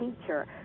teacher